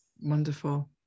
wonderful